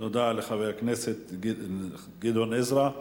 תודה לחבר הכנסת גדעון עזרא.